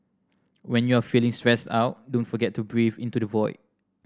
when you are feeling stressed out don't forget to breathe into the void